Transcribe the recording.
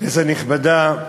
כנסת נכבדה,